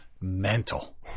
mental